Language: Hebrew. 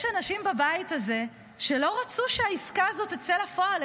אנשים בבית הזה שלא רצו שהעסקה הזאת תצא לפועל,